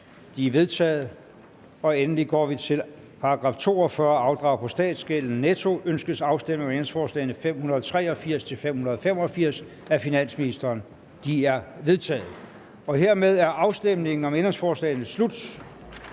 De er vedtaget. Til § 42. Afdrag på statsgælden (netto). Ønskes afstemning om ændringsforslag nr. 583-585 af finansministeren? De er vedtaget. Hermed er afstemningen om ændringsforslagene slut.